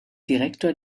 direktor